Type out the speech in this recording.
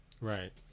right